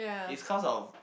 it's cause of